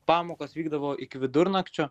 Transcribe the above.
pamokos vykdavo iki vidurnakčio